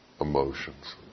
emotions